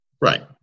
Right